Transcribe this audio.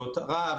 שעות רב,